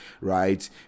right